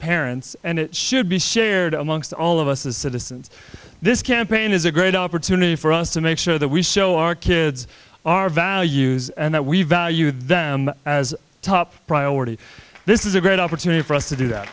parents and it should be shared amongst all of us as citizens this campaign is a great opportunity for us to make sure that we show our kids our values and that we value them as top priority this is a great opportunity for us to do